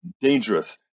dangerous